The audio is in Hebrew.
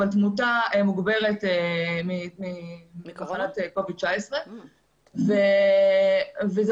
אבל תמותה מוגברת ממחלת COVID-19. וזה